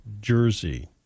Jersey